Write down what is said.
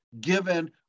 given